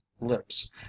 lips